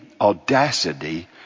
audacity